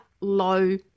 low